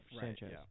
Sanchez